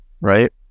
right